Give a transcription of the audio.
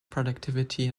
productivity